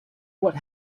what